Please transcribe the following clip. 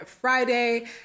Friday